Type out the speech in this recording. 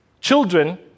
Children